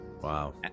Wow